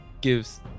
gives